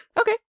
Okay